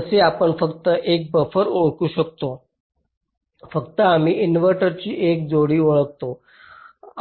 जसे आपण फक्त एक बफर ओळखू शकतो फक्त आम्ही इनव्हर्टरची एक जोडी ओळखतो